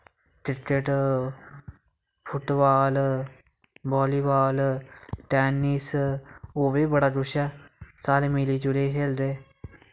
cricket football volleyball tennis होर बी बड़ा कुछ ऐ सारे मिली जुलियै खेलदे